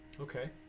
Okay